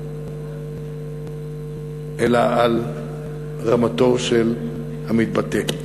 אלא על רמתו של המתבטא.